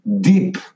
deep